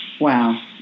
Wow